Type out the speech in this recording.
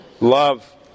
love